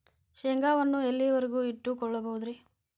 ಶೇಂಗಾವನ್ನು ಎಲ್ಲಿಯವರೆಗೂ ಇಟ್ಟು ಕೊಳ್ಳಬಹುದು ರೇ?